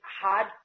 hard